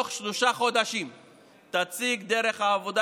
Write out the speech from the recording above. ובתוך שלושה חודשים תציג דרך העבודה